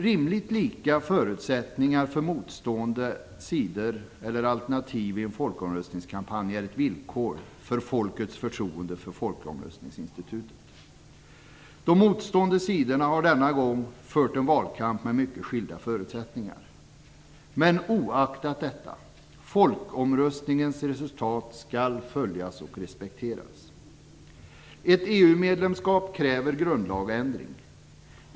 Rimligt lika förutsättningar för motstående sidor eller alternativ i en folkomröstningskampanj är ett villkor för folkets förtroende för folkomröstningsinstitutet. De motstående sidorna har denna gång fört en valkamp med mycket skilda förutsättningar. Men oaktat detta: Folkomröstningens resultat skall följas och respekteras. Ett EU-medlemskap kräver grundlagsändring.